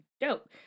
dope